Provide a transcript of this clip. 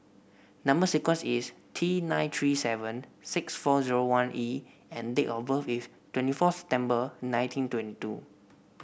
number sequence is T nine three seven six four zero one E and date of birth is twenty fourth September nineteen twenty two